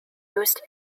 used